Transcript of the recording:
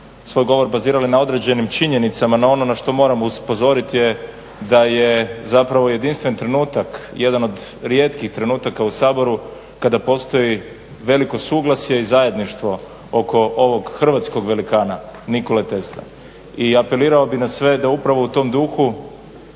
svoj govor bazirali na određenim činjenicama, na ono na što moramo upozorit je da je zapravo jedinstven trenutak, jedan od rijetkih trenutaka u Saboru kada postoji veliko suglasje i zajedništvo oko ovog hrvatskog velikana Nikole Tesle. I apelirao bih na sve da upravo u tom duhu